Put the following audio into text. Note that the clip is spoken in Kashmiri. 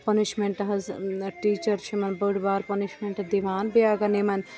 پٕنِشمٮ۪نٛٹ حظ ٹیٖچَر چھِ یِمَن بٔڑ بارٕ پٕنِشمٮ۪نٛٹ دِوان بیٚیہِ اگر نہٕ یِمَن